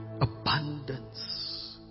Abundance